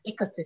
ecosystem